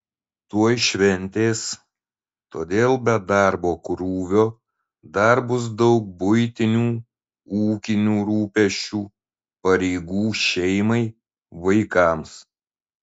tuoj šventės todėl be darbo krūvio dar bus daug buitinių ūkinių rūpesčių pareigų šeimai vaikams